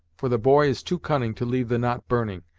for the boy is too cunning to leave the knot burning,